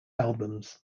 albums